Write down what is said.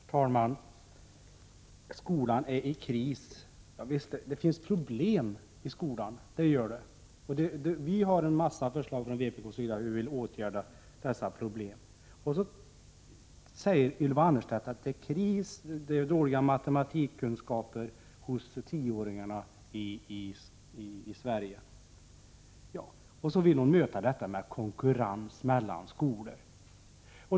Herr talman! Skolan är i kris — ja visst, det finns problem i skolan. Vi har en mängd förslag från vpk om hur vi skall åtgärda dessa problem. Ylva Annerstedt säger att det är dåliga matematikkunskaper hos tioåringarna i Sverige, och så vill hon möta detta med konkurrens mellan skolor.